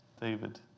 David